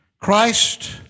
Christ